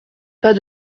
pas